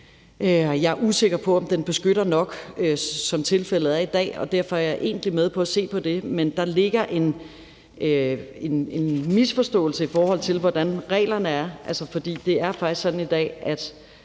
jeg er usikker på, om den beskytter nok, som tilfældet er i dag, og derfor er jeg egentlig med på at se på det. Men der ligger en misforståelse, i forhold til hvordan reglerne er. Altså, for det er faktisk sådan i dag, at